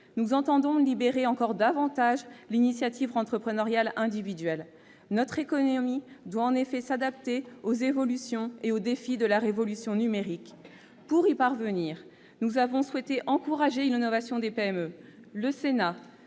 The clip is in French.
nous entendons libérer encore davantage l'initiative entrepreneuriale individuelle. Notre économie doit en effet s'adapter aux évolutions et aux défis de la révolution numérique. Pour y parvenir, nous avons souhaité encourager l'innovation des PME. Le Sénat,